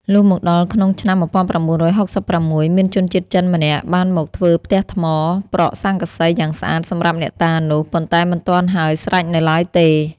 លុះមកដល់ក្នុងឆ្នាំ ១៩៦៦ មានជនជាតិចិនម្នាក់ បានមកធ្វើផ្ទះថ្ម ប្រក់ស័ង្កសីយ៉ាងស្អាតសម្រាប់អ្នកតានោះ ប៉ុន្តែមិនទាន់ហើយស្រេចនៅឡើយទេ ។